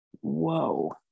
whoa